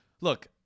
look